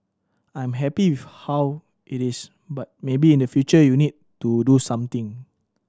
I'm happy with how it is but maybe in the future you need to do something